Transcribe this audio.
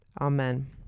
Amen